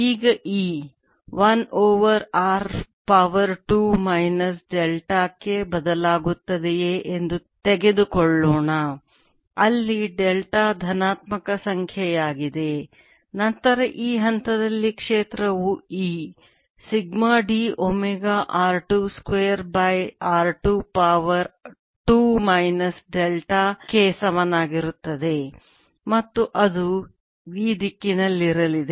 ಈಗ E 1 over r power 2 minus delta ಕ್ಕೆ ಬದಲಾಗುತ್ತದೆಯೇ ಎಂದು ತೆಗೆದುಕೊಳ್ಳೋಣ ಅಲ್ಲಿ ಡೆಲ್ಟಾ ಧನಾತ್ಮಕ ಸಂಖ್ಯೆಯಾಗಿದೆ ನಂತರ ಈ ಹಂತದಲ್ಲಿ ಕ್ಷೇತ್ರವು E sigma d omega r 2 square by r 2 power 2 minus delta ಕ್ಕೆ ಸಮನಾಗಿರುತ್ತದೆ ಮತ್ತು ಅದು ಈ ದಿಕ್ಕಿನಲ್ಲಿರಲಿದೆ